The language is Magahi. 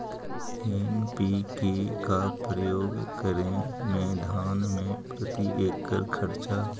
एन.पी.के का प्रयोग करे मे धान मे प्रती एकड़ खर्चा?